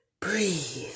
Breathe